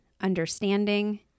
understanding